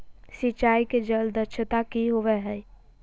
सिंचाई के जल दक्षता कि होवय हैय?